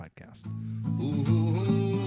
podcast